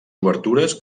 obertures